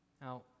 Now